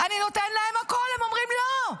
אני נותן להם הכול, הם אומרים לא.